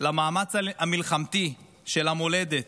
למאמץ המלחמתי של המולדת,